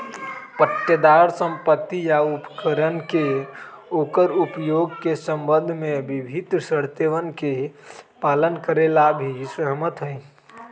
पट्टेदार संपत्ति या उपकरण के ओकर उपयोग के संबंध में विभिन्न शर्तोवन के पालन करे ला भी सहमत हई